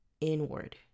inward